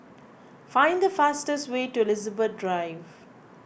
find the fastest way to Elizabeth Drive